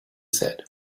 said